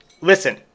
listen